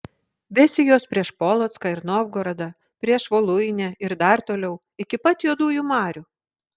vesi juos prieš polocką ir novgorodą prieš voluinę ir dar toliau iki pat juodųjų marių